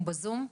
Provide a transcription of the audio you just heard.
הוא בזום,